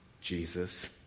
Jesus